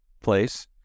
place